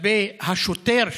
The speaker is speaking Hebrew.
לגבי השוטר שנהרג: